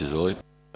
Izvolite.